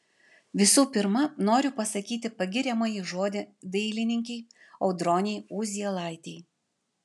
visų pirma noriu pasakyti pagiriamąjį žodį dailininkei audronei uzielaitei